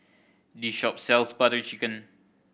this shop sells Butter Chicken